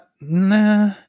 nah